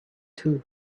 too